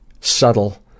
subtle